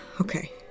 Okay